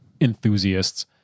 enthusiasts